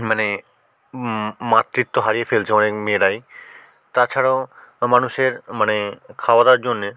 মানে মাতৃত্ব হারিয়ে ফেলছে অনেক মেয়েরাই তাছাড়াও মানুষের মানে খাওয়া দাওয়ার জন্যে